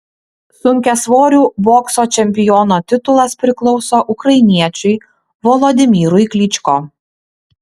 sunkiasvorių bokso čempiono titulas priklauso ukrainiečiui volodymyrui klyčko